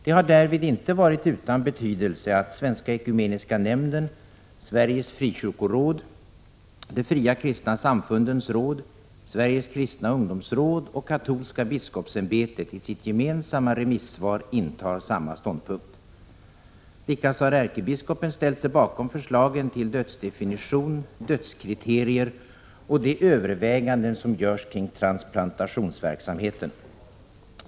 Det har därvid inte varit utan betydelse att Svenska ekumeniska nämnden, Sveriges frikyrkoråd, De fria kristna samfundens råd, Sveriges kristna ungdomsråd och Katolska biskopsämbetet i sitt gemensamma remissvar intar samma ståndpunkt. Likaså har ärkebiskopen ställt sig bakom förslagen till dödsdefinition, dödskriterier och de överväganden som görs kring transplantationsverksamheten.